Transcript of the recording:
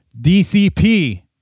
DCP